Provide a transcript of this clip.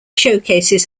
showcases